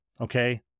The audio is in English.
Okay